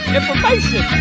Information